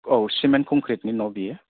औ सिमेन्ट कनक्रिटनि न बियो